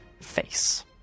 face